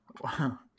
Wow